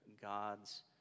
God's